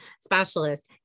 specialists